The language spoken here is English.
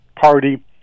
party